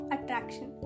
Attraction